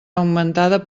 augmentada